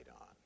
on